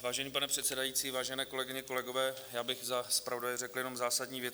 Vážený pane předsedající, vážené kolegyně, kolegové, já bych za zpravodaje řekl jenom zásadní věci.